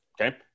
okay